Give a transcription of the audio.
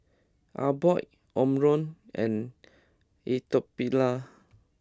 Abbott Omron and Atopiclair